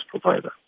provider